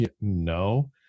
no